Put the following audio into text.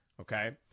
okay